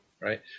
right